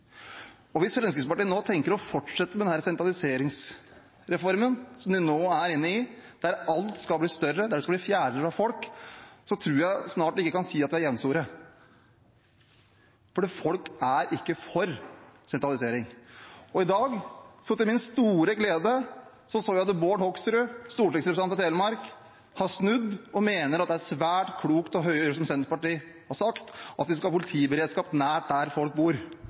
og skoler. Hvis Fremskrittspartiet nå tenker å fortsette denne sentraliseringsreformen som vi nå er inne i, der alt skal bli større, der det skal bli fjernere fra folk, tror jeg snart vi ikke kan si at vi er jevnstore, for folk er ikke for sentralisering. I dag så jeg til min store glede at Bård Hoksrud, stortingsrepresentant fra Telemark, har snudd og mener at det er svært klokt å gjøre som Senterpartiet har sagt, at vi skal ha politiberedskap nær der folk bor.